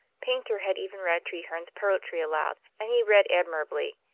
paynter had even read treherne's poetry aloud, and he read admirably